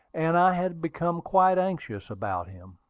and i had become quite anxious about him.